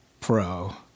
pro